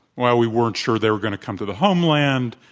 well, we weren't sure they were going to come to the homeland.